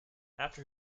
after